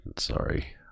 sorry